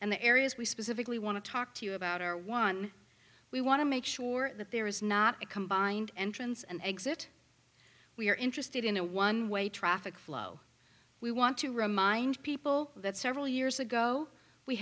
and the areas we specifically want to talk to you about are one we want to make sure that there is not a combined entrance and exit we are interested in a one way traffic flow we want to remind people that several years ago we